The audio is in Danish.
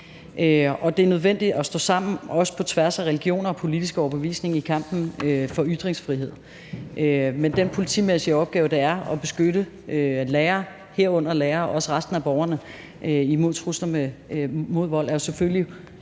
Det er nødvendigt at stå sammen, også på tværs af religioner og politiske overbevisninger i kampen for ytringsfrihed. Men den politimæssige opgave, det er at beskytte lærere og også resten af borgerne imod trusler og imod vold, er selvfølgelig